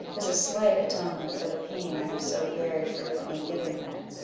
as a slight atonement for the pain i have so very frequently given her.